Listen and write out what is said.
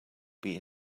beat